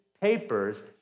papers